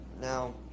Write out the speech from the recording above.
Now